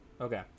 Okay